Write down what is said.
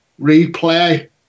replay